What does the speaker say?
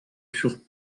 furent